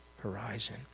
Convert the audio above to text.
horizon